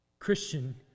Christian